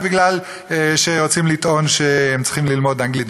כי רוצים לטעון שהם צריכים ללמוד אנגלית,